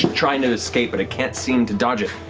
trying to escape, but it can't seem to dodge it.